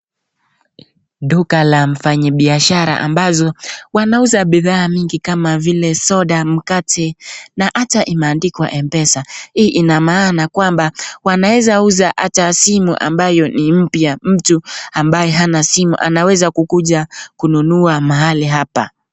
Duka la mfanyi biashara ambazo wanauza bidhaa nyingi kama vile soda, mkate na hata imeandikwa Mpesa. Hii ina maana kwamba wanaeza uza hata simu ambayo ni mpya, mtu ambaye hana simu anaweza kukuja kununua mahali hapa.